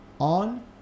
on